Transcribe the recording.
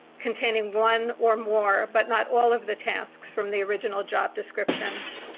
containing one or more but not all of the tasks from the original job description.